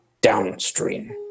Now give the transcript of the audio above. Downstream